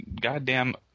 goddamn